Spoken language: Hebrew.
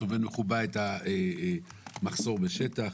טומן בחובה את המחסור בשטח,